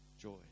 joy